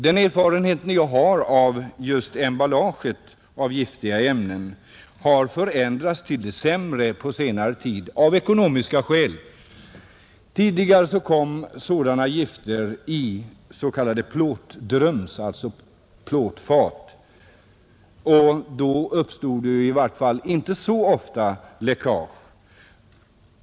Den erfarenhet jag har är att emballagen för giftiga ämnen av ekonomiska skäl har försämrats på senare tid. Tidigare kom sådana gifter i plåtfat, och då uppstod det i vart fall inte så ofta läckage.